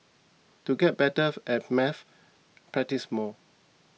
to get better at maths practise more